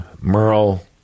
merle